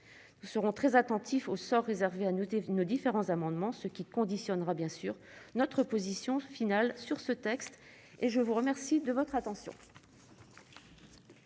seront très attentifs au sort réservé à noter nos différents amendements, ce qui conditionnera bien sûr notre position finale sur ce texte et je vous remercie de votre attention.